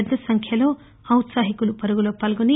పెద్ద సంఖ్యలో ఔత్సాహికులు ఈ పరుగులో పాల్గొన్నారు